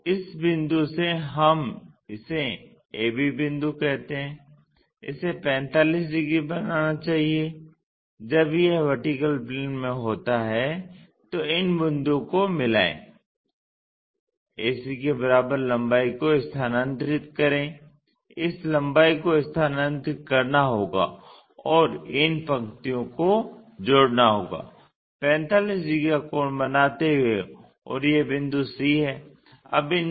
तो इस बिंदु से हम इसे ab बिंदु कहते हैं इसे 45 डिग्री बनाना चाहिए जब यह VP में होता है तो इन बिंदुओं को मिलाएं ac के बराबर लंबाई को स्थानांतरित करें इस लंबाई को स्थानांतरित करना होगा और इन पंक्तियों को जोड़ना होगा 45 डिग्री का कोण बनाते हुए और यह बिंदु c है